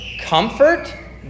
comfort